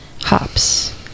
hops